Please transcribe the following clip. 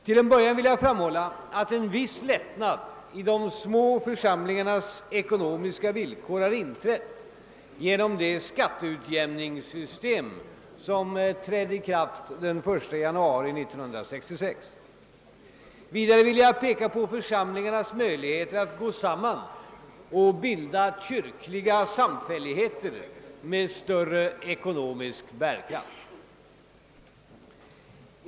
Till en början vill jag framhålla att en viss lättnad i de små församlingarnas ekonomiska villkor har inträtt genom det skatteutjämningssystem som trädde i kraft den 1 januari 1966. Vidare vill jag peka på församlingarnas möjligheter att gå samman och bilda kyrkliga samfälligheter med större ekonomisk bärkraft.